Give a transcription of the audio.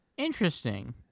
Interesting